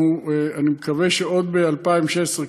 אני מקווה שעוד ב-2016,